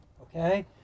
okay